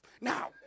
now